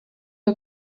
are